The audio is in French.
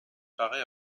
paraît